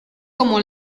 como